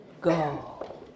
Go